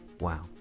Wow